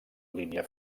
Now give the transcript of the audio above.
línia